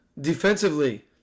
defensively